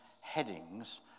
headings